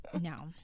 No